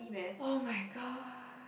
[oh]-my-god